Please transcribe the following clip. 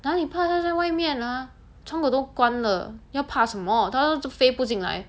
哪里怕它在外面啊窗口都关了要怕什么它都飞不进来